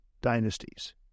dynasties